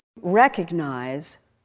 recognize